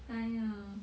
!haiya!